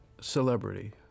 celebrity